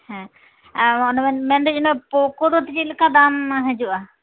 ᱦᱮᱸ ᱟᱨ ᱚᱱᱮ ᱵᱮᱱ ᱢᱮᱱᱫᱟ ᱡᱮᱱᱚ ᱯᱳᱠᱳ ᱫᱚ ᱪᱮᱫᱞᱮᱠᱟ ᱫᱟᱢ ᱦᱤᱡᱩᱜᱼᱟ